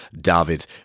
David